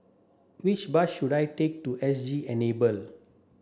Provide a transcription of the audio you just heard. which bus should I take to S G Enable